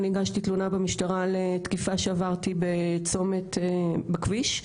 אני הגשתי תלונה במשטרה על תקיפה שעברתי בצומת בכביש,